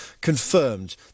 confirmed